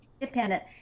independent